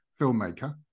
filmmaker